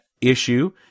issue